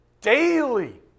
Daily